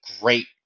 great